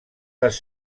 les